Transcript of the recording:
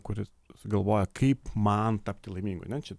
kuris galvoja kaip man tapti laimingu ane čia